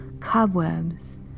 cobwebs